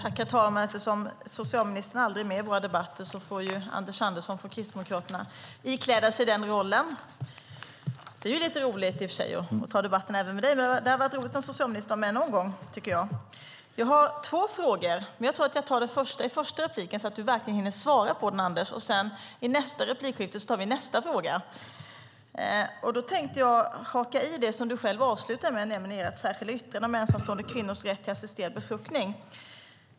Herr talman! Eftersom socialministern aldrig är med i våra debatter får Anders Andersson från Kristdemokraterna ikläda sig den rollen. Det är i och för sig roligt att ta debatten även med dig, men det hade också varit roligt om socialministern kunde vara med någon gång. Jag har två frågor, men jag tar den första frågan i den första repliken så att Anders hinner svara på den. I nästa replikskifte tar vi nästa fråga. Jag tänkte haka på det du avslutade med, nämligen ert särskilda yttrande om ensamstående kvinnors rätt till assisterad befruktning.